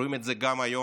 רואים את זה גם היום,